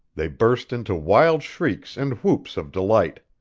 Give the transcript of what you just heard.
they burst into wild shrieks and whoops of delight.